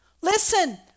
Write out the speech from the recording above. listen